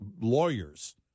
lawyers